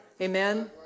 Amen